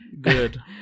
Good